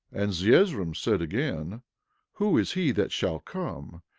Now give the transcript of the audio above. and zeezrom said again who is he that shall come?